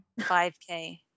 5K